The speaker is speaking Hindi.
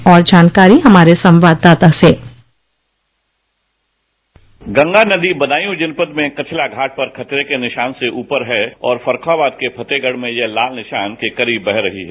और जानकारी हमारे संवाददाता से गंगा नदी बदायूं जनपद में कचला घाट पर खतरे के निशान से ऊपर है और फर्रुखाबाद के फतेहगढ़ में यह लाल निशान के करीब बह रही है